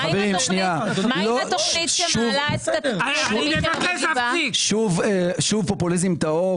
מה עם התוכנית שמעלה- -- שוב פופוליזם טהור.